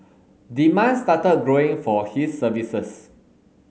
demand started growing for his services